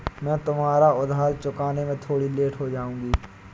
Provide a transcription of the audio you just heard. मैं तुम्हारा उधार चुकाने में थोड़ी लेट हो जाऊँगी